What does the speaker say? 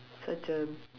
such a